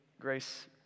grace